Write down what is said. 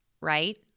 right